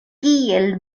kiel